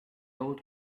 old